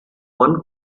one